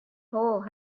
hole